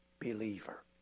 believer